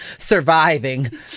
surviving